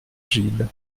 gilles